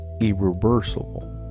irreversible